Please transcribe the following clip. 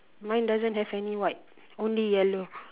mine doesn't have any white only yellow